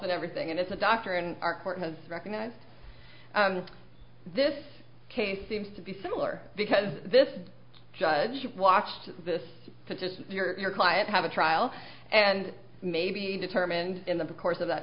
in everything and it's a doctor and our court has recognized this case seems to be similar because this judge watched this petition your client have a trial and maybe determined in the course of that